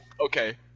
okay